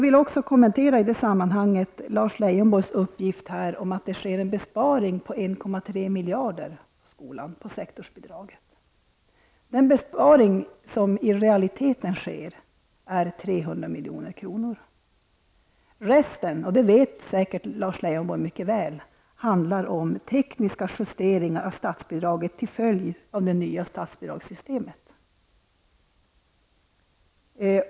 Leijonborgs uppgift här om att det sker en besparing om 1,3 miljarder på skolans område när det gäller sektorsbidraget. Vad som i realiteten sparas är 300 milj.kr. Resten, och det vet Lars Leijonborg mycket väl, handlar om tekniska justeringar av statsbidraget till följd av det nya statsbidragssystemet.